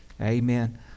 Amen